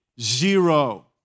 Zero